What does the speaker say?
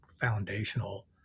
foundational